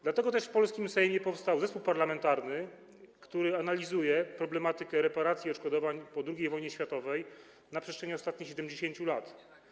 Dlatego też w polskim Sejmie powstał zespół parlamentarny, który analizuje problematykę reparacji i odszkodowań po II wojnie światowej na przestrzeni ostatnich 70 lat.